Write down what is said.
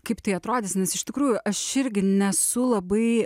kaip tai atrodys nes iš tikrųjų aš irgi nesu labai